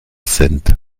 sind